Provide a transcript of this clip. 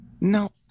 No